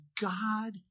God